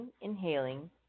inhaling